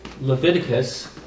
Leviticus